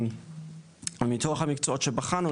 מתוך המקצועות שבחנו,